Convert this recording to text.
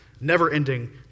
never-ending